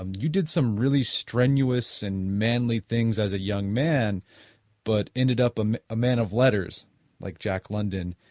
um you did some really strenuous and manly things as a young man but ended up um a man of letters like jack london.